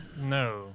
No